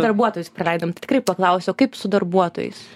darbuotojus praleidom tai tikrai paklausiu o kaip su darbuotojais